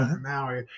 Maui